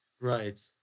right